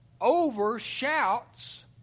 overshouts